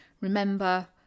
Remember